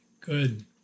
Good